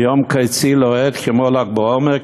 ביום קיצי לוהט כמו ל"ג בעומר,